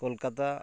Kolkata